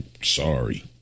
sorry